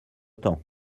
temps